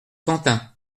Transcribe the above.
quentin